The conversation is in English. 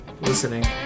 listening